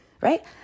right